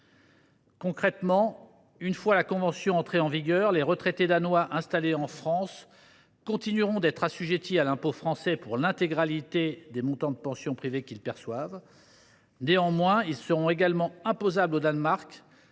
Concrètement, une fois la convention entrée en vigueur, les retraités danois installés en France continueront d’être assujettis à l’impôt français pour l’intégralité des montants de pensions privées qu’ils perçoivent. Néanmoins, ils seront également imposables au Danemark